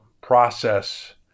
process